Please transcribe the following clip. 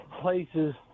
places